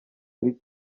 buri